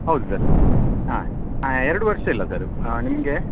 ಹೌದು ಸರ್ ಹಾಂ ಎರಡು ವರ್ಷ ಇಲ್ಲ ಸರ್ ಹಾಂ ನಿಮಗೆ